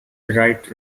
right